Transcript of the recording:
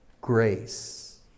grace